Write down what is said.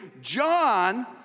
John